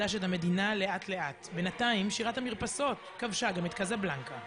אבל זה קטונתי, אני לא יודעת לארגן מבצעי עליה.